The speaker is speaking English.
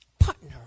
Partner